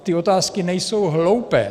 Ty otázky nejsou hloupé.